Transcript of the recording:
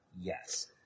Yes